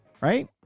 Right